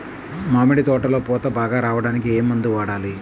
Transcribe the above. మామిడి తోటలో పూత బాగా రావడానికి ఏ మందు వాడాలి?